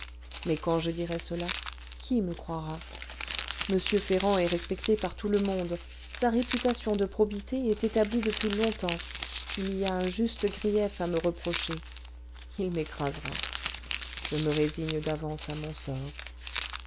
mais quand je dirai cela qui me croira m ferrand est respecté par tout le monde sa réputation de probité est établie depuis longtemps il y a un juste grief à me reprocher il m'écrasera je me résigne d'avance à mon sort